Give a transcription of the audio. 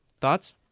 Thoughts